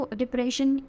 depression